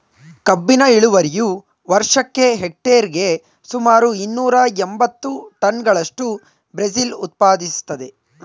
ಕಬ್ಬಿನ ಇಳುವರಿಯು ವರ್ಷಕ್ಕೆ ಹೆಕ್ಟೇರಿಗೆ ಸುಮಾರು ಇನ್ನೂರ ಎಂಬತ್ತು ಟನ್ಗಳಷ್ಟು ಬ್ರೆಜಿಲ್ ಉತ್ಪಾದಿಸ್ತದೆ